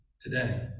today